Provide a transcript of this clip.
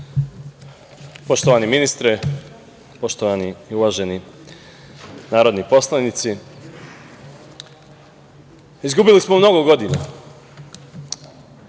ministre, poštovani i uvaženi narodni poslanici, izgubili smo mnogo godina